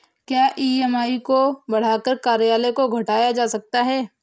क्या ई.एम.आई को बढ़ाकर कार्यकाल को घटाया जा सकता है?